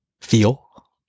Feel